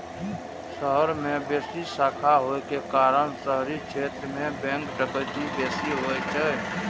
शहर मे बेसी शाखा होइ के कारण शहरी क्षेत्र मे बैंक डकैती बेसी होइ छै